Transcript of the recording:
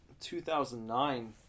2009